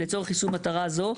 לצורך יישום מטרה זו".